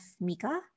Mika